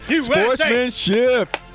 Sportsmanship